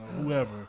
whoever